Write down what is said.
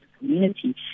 community